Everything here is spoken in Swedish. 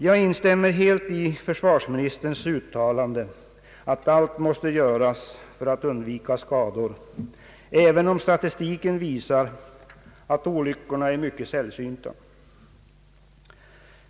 Jag instämmer helt i försvarsministerns uttalande att allt måste göras för att undvika skador, även om statistiken visar att olyckor är mycket sällsynta.